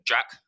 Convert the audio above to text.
Jack